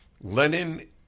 Lenin